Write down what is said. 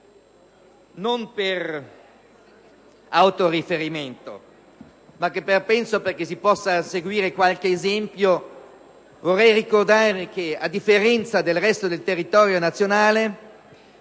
non per autocompiacimento ma perché penso che si possa seguire quale esempio, vorrei ricordare che, a differenza del resto del territorio nazionale,